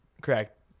Correct